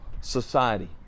society